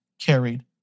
carried